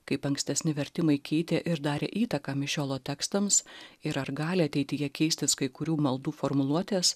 kaip ankstesni vertimai keitė ir darė įtaką mišiolo tekstams ir ar gali ateityje keistis kai kurių maldų formuluotės